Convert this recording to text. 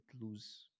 lose